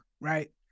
right